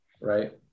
right